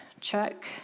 check